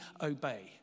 obey